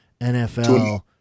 NFL